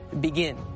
begin